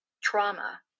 trauma